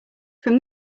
from